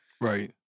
right